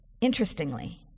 interestingly